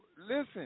listen